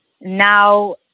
now